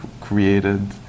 created